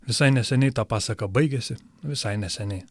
visai neseniai ta pasaka baigėsi visai neseniai